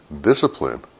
discipline